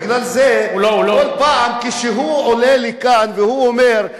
בגלל זה, כל פעם שהוא עולה לכאן והוא אומר,